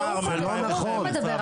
הוא מדבר עכשיו.